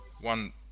one